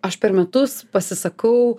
aš per metus pasisakau